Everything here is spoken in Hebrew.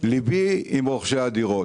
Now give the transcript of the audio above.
ליבי עם רוכשי הדירות.